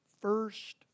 first